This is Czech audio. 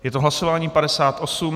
Je to hlasování 58.